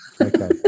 Okay